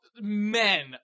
men